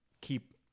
keep